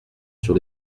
sur